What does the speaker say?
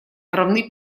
равны